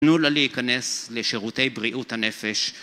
תנו לה להיכנס לשירותי בריאות הנפש